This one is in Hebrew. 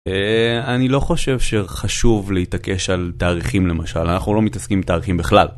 אני לא חושב שחשוב להתעקש על תאריכים למשל אנחנו לא מתעסקים בתאריכים בכלל.